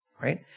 right